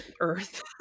earth